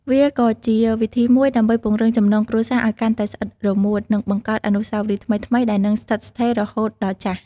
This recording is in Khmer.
វាក៏ជាវិធីមួយដើម្បីពង្រឹងចំណងគ្រួសារឲ្យកាន់តែស្អិតរមួត និងបង្កើតអនុស្សាវរីយ៍ថ្មីៗដែលនឹងស្ថិតស្ថេររហូតដល់ចាស់។